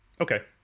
Okay